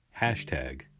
hashtag